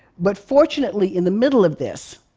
but fortunately, in the middle of this,